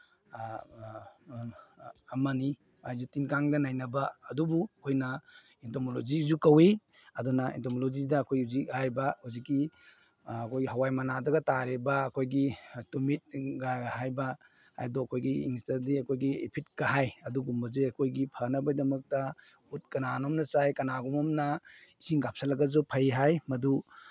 ꯑꯃꯅꯤ ꯇꯤꯟ ꯀꯥꯡꯗ ꯅꯩꯅꯕ ꯑꯗꯨꯕꯨ ꯑꯩꯈꯣꯏꯅ ꯑꯦꯟꯇꯣꯃꯣꯂꯣꯖꯤꯁꯨ ꯀꯧꯋꯤ ꯑꯗꯨꯅ ꯑꯦꯟꯇꯣꯃꯣꯂꯣꯖꯤꯗ ꯑꯩꯈꯣꯏ ꯍꯧꯖꯤꯛ ꯍꯥꯏꯔꯤꯕ ꯍꯧꯖꯤꯛꯀꯤ ꯑꯩꯈꯣꯏ ꯍꯋꯥꯏ ꯃꯅꯥꯗꯒ ꯇꯥꯔꯤꯕ ꯑꯩꯈꯣꯏꯒꯤ ꯇꯨꯃꯤꯠꯀ ꯍꯥꯏꯕ ꯍꯥꯏꯗꯣ ꯑꯩꯈꯣꯏꯒꯤ ꯏꯪꯂꯤꯁꯇꯗꯤ ꯑꯩꯈꯣꯏꯒꯤ ꯏꯐꯤꯠꯀ ꯍꯥꯏ ꯑꯗꯨꯒꯨꯝꯕꯁꯦ ꯑꯩꯈꯣꯏꯒꯤ ꯐꯅꯕꯩꯗꯃꯛꯇ ꯎꯠ ꯀꯅꯥꯅꯣꯝꯅ ꯆꯥꯏ ꯀꯅꯥꯒꯨꯝꯕ ꯑꯃꯅ ꯏꯁꯤꯡ ꯀꯥꯞꯁꯤꯜꯂꯒꯁꯨ ꯐꯩ ꯍꯥꯏ ꯃꯗꯨ